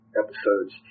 episodes